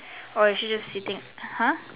or is she just sitting !huh!